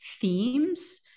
themes